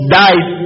died